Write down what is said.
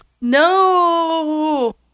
no